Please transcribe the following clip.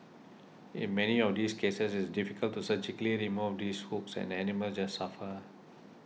in many of these cases it's difficult to surgically remove these hooks and the animals just suffer